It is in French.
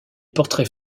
portraits